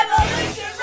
Revolution